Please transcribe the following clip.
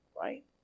Right